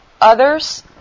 others